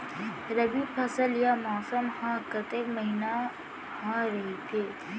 रबि फसल या मौसम हा कतेक महिना हा रहिथे?